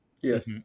yes